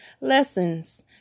lessons